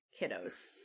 kiddos